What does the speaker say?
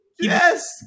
Yes